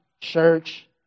church